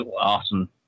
awesome